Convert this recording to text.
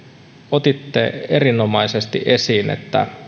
otitte erinomaisesti esiin että